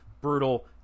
Brutal